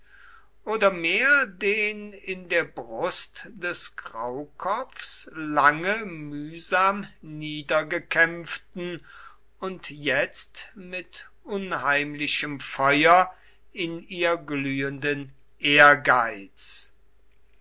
oder mehr den in der brust des graukopfs lange mühsam niedergekämpften und jetzt mit unheimlichem feuer in ihr glühenden ehrgeiz